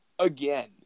again